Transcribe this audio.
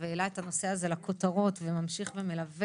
הם לא במסגרת הכלים והיכולות של המשרד וחשוב לזכור את זה.